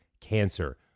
cancer